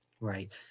Right